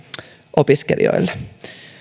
opiskelijoille